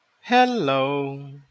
Hello